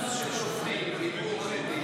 קורסים של שופטים שיהיו עורכי דין.